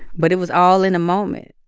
but it was all in a moment.